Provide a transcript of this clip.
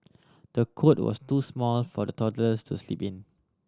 the cot was too small for the toddlers to sleep in